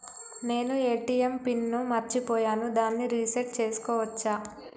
నేను ATM PIN ని మరచిపోయాను దాన్ని రీ సెట్ చేసుకోవచ్చా?